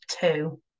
two